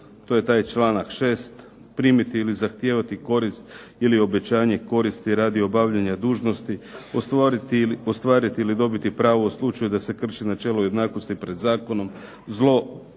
to je taj članak 6. primiti ili zahtijevati korist ili obećanje koristi radi obavljanja dužnosti, ostvariti ili dobiti pravo u slučaju da se krši načelo jednakosti pred zakonom,